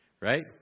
right